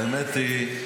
האמת היא,